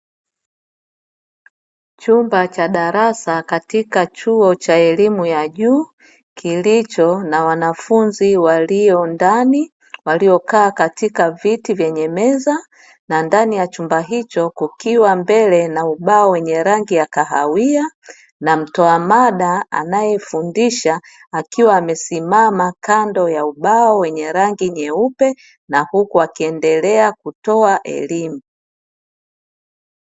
Chumba cha darasa katika chuo cha elimu ya juu, kilicho na wanafunzi walio ndani waliokaa katika viti vyenye meza na ndani ya chumba hicho kukiwa mbele na ubao wenye rangi ya kahawia, na mtoa mada anayefundisha akiwa amesimama kando ya ubao wenye rangi nyeupe na huku wakiendelea kutoa elimu